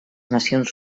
nacions